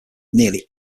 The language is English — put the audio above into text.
nearly